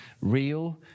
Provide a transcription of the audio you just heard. real